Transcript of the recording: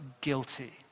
guilty